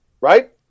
right